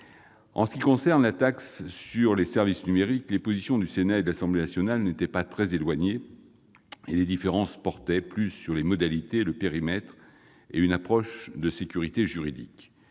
En ce qui concerne la taxe sur les services numériques, les positions du Sénat et de l'Assemblée nationale n'étaient pas très éloignées. Les différences portaient plus sur les modalités, sur le périmètre et sur l'approche de la sécurité juridique.